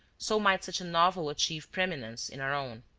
so might such a novel achieve preeminence in our own.